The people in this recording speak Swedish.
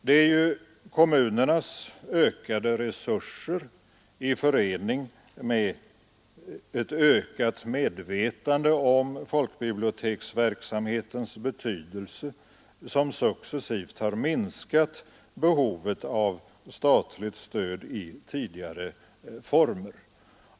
Det är ju kommunernas ökade resurser i förening med ett ökat medvetande om folkbiblioteksverksamhetens betydelse som successivt har minskat behovet av statligt stöd i tidigare former.